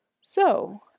So